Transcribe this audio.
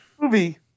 movie